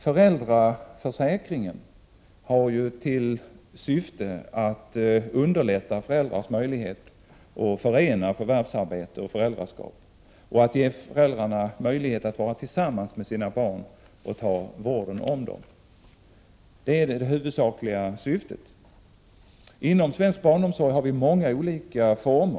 Föräldraförsäkringen har ju till syfte att underlätta föräldrars möjlighet att förena förvärvsarbete och föräldraskap och att ge föräldrarna möjlighet att vara tillsammans med sina barn och vårda dem. Det är det huvudskliga syftet. Det finns många olika former av svensk barnomsorg.